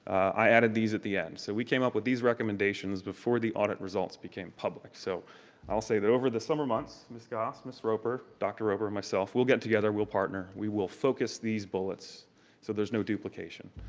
i added these at the end. so we came up with these recommendations before the audit results became public, so i'll say that over the summer months miss goss, mr. roper, dr. roper and myself, we'll get together, and we'll partner, we will focus these bullets so there's no duplication.